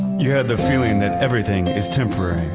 you had the feeling that everything is temporary.